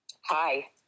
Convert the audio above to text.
Hi